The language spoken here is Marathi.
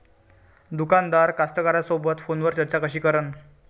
दुकानदार कास्तकाराइसोबत फोनवर चर्चा कशी करन?